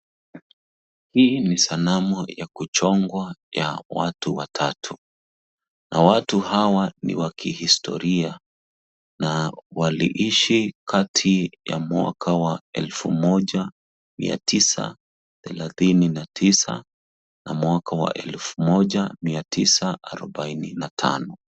Hii ni sanamu ya kuchongwa ya watu watatu na watu hawa ni wa kihistoria na waliishi kati ya mwaka wa 1939 na mwaka wa 1945.